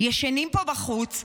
ישנים פה בחוץ,